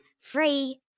free